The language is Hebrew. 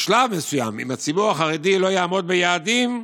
בשלב מסוים, אם הציבור החרדי לא יעמוד ביעדים,